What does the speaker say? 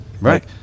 Right